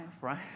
right